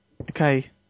Okay